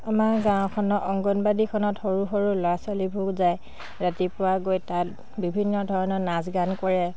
আমাৰ গাঁওখনত অংগনবাদীখনত সৰু সৰু ল'ৰা ছোৱালীবোৰ যায় ৰাতিপুৱা গৈ তাত বিভিন্ন ধৰণৰ নাচ গান কৰে